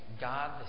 God